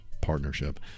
partnership